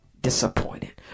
disappointed